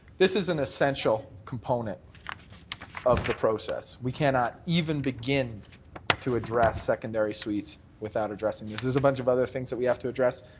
this is an essential component of the process. we cannot even begin to address secondary suites without addressing there's a bunch of other things that we have to address,